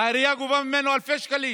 העירייה גובה ממנו אלפי שקלים.